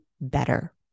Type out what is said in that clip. better